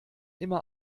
immer